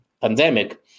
pandemic